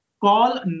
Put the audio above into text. call